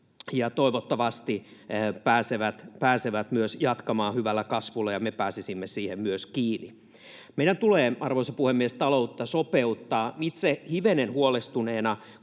ja toivottavasti pääsevät myös jatkamaan hyvällä kasvulla ja me pääsisimme siihen myös kiinni. Meidän tulee, arvoisa puhemies, taloutta sopeuttaa. Itse hivenen huolestuneena